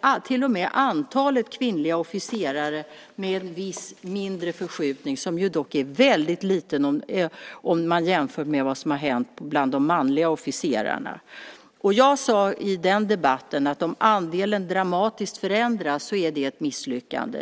och till och med antalet kvinnliga officerare. Det är en viss mindre förskjutning, som dock är väldigt liten jämfört med vad som har hänt bland de manliga officerarna. Jag sade i den debatten att om andelen dramatiskt förändras är det ett misslyckande.